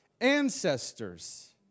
ancestors